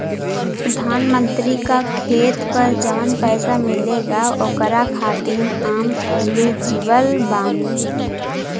प्रधानमंत्री का खेत पर जवन पैसा मिलेगा ओकरा खातिन आम एलिजिबल बानी?